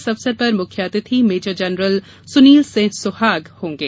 इस अवसर पर मुख्य अतिथि मेजर जनरल सुनील सिंह सुहाग होंगे